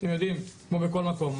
אתם יודעים כמו בכל מקום,